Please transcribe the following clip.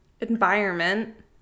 environment